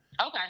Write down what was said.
okay